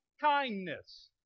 kindness